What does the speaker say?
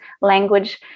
language